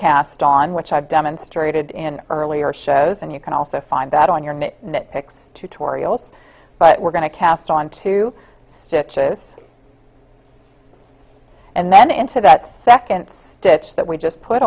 cast on which i've demonstrated in earlier shows and you can also find that on your nit picks tutorials but we're going to cast on two stitches and then into that second stitch that we just put